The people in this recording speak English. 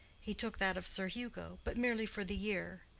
he took that of sir hugo. but merely for the year.